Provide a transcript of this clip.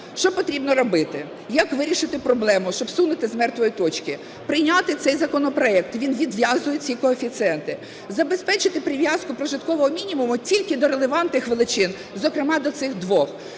Що потрібно робити? Як вирішити проблему, щоб зсунути з мертвої точки? Прийняти цей законопроект, він відв'язує ці коефіцієнти. Забезпечити прив'язку прожиткового мінімуму тільки до релевантних величин, зокрема, до цих двох.